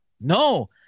No